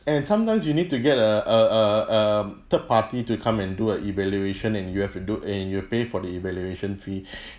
and sometimes you need to get a a a a third party to come and do a evaluation and you have to do and you pay for the evaluation fee